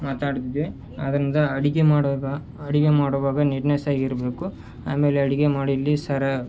ಮಾತಾಡಿದ್ವಿ ಆದ್ದರಿಂದ ಅಡುಗೆ ಮಾಡೋಗ ಅಡುಗೆ ಮಾಡುವಾಗ ನೀಟ್ನೆಸ್ ಆಗಿ ಇರಬೇಕು ಆಮೇಲೆ ಅಡುಗೆ ಮಾಡಿ ಇಲ್ಲಿ ಸರ